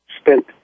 spent